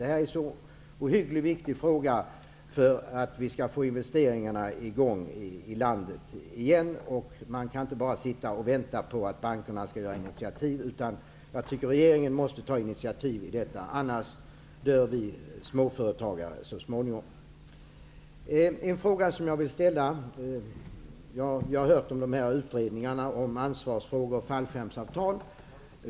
Det är en så ohyggligt viktig fråga för att vi skall få i gång investeringarna i landet igen att man inte bara kan sitta och vänta på att bankerna skall ta initiativ -- jag tycker att regeringen måste ta initiativ i denna fråga. Annars dör vi småföretagare så småningom. Jag har hört om utredningarna om ansvarsfrågor och fallskärmsavtal.